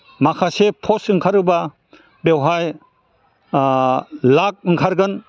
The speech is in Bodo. माखासे पस्ट ओंखारोबा बेवहाय लाख ओंखारगोन